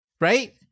right